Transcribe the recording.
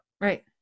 Right